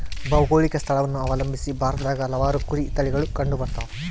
ಭೌಗೋಳಿಕ ಸ್ಥಳವನ್ನು ಅವಲಂಬಿಸಿ ಭಾರತದಾಗ ಹಲವಾರು ಕುರಿ ತಳಿಗಳು ಕಂಡುಬರ್ತವ